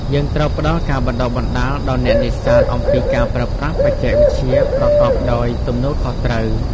យើងត្រូវផ្តល់ការបណ្ដុះបណ្ដាលដល់អ្នកនេសាទអំពីការប្រើប្រាស់បច្ចេកវិទ្យាប្រកបដោយទំនួលខុសត្រូវ។